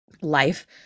life